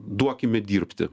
duokime dirbti